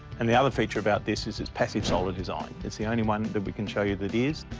and the other feature about this is its passive solar design. it's the only one that we can show you that is.